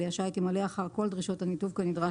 כלי השיט ימלא אחר כל דרישות הניתוב כנדרש